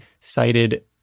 cited